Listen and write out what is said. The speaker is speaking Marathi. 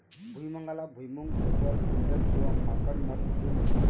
भुईमुगाला भुईमूग, गोबर, पिंडर किंवा माकड नट असेही म्हणतात